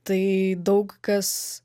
tai daug kas